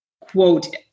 quote